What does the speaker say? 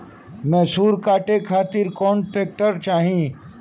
मैसूर काटे खातिर कौन ट्रैक्टर चाहीं?